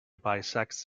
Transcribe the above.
bisects